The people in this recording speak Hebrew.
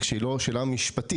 רק שהיא לא שאלה משפטית,